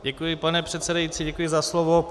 Děkuji, pane předsedající, děkuji za slovo.